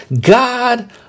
God